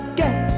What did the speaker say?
get